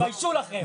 תתביישו לכם.